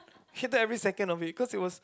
hated every second of it cause it was